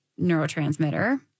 neurotransmitter